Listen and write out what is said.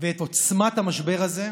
ואת עוצמת המשבר הזה,